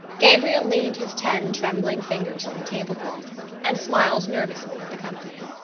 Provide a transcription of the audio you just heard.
gabriel leaned his ten trembling fingers on the tablecloth and smiled nervously at the company.